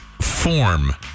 form